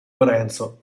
lorenzo